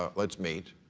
ah let's meet,